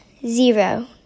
Zero